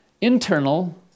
internal